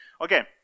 Okay